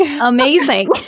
Amazing